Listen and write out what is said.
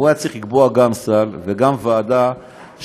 הוא היה צריך לקבוע גם סל וגם ועדה שראשי